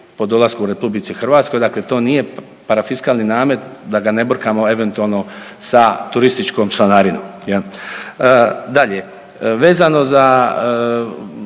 po dolasku u RH. Dakle, to nije parafiskalni namet da ga ne brkamo eventualno sa turističkom članarinom jel. Dalje, vezano za